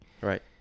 Right